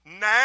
now